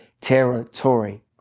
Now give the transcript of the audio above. territory